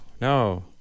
no